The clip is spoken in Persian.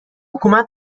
حکومت